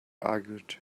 argued